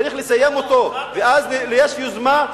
צריך לסיים אותו, ואז יש יוזמה.